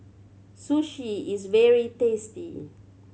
sushi is very tasty